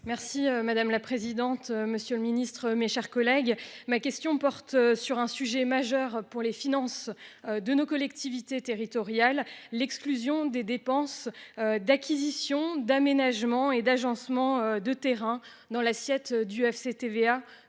Merci madame la présidente. Monsieur le Ministre, mes chers collègues, ma question porte sur un sujet majeur pour les finances de nos collectivités territoriales, l'exclusion des dépenses. D'acquisition d'aménagement et d'agencement de terrain dans l'assiette du FCTVA